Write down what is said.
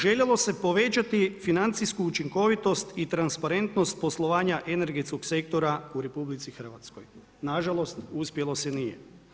Željelo se povećati financijsku učinkovitost i transparentnost poslovanja energetskog sektora u RH, nažalost, uspjelo se nije.